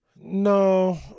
no